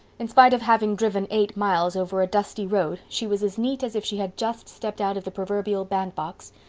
in spite of having driven eight miles over a dusty road she was as neat as if she had just stepped out of the proverbial bandbox.